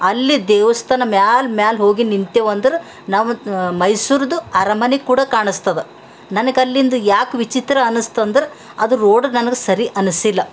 ಅಲ್ಲಿ ದೇವಸ್ಥಾನ ಮ್ಯಾಲ ಮ್ಯಾಲ ಹೋಗಿ ನಿಂತೇವು ಅಂದ್ರೆ ನಮ್ಗೆ ಮೈಸೂರಿಂದು ಅರಮನೆ ಕೂಡ ಕಾಣ್ಸ್ತದೆ ನನಗಲ್ಲಿಂದ ಯಾಕೆ ವಿಚಿತ್ರ ಅನ್ಸ್ತು ಅಂದ್ರೆ ಅದು ರೋಡ್ ನನಗೆ ಸರಿ ಅನ್ನಿಸಿಲ್ಲ